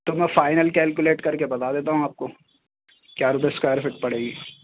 تو میں final calculate کر کے بتا دیتا ہوں آپ کو کیا روپے اسکوائر فٹ پڑے گی